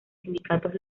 sindicatos